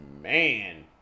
man